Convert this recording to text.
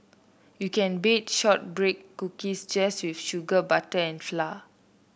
you can bake shortbread cookies just with sugar butter and flour